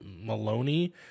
Maloney